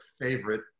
favorite